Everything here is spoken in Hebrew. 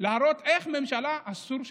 להראות איך ממשלה אסור שתהיה.